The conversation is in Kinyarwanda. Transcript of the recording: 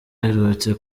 aherutse